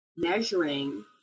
measuring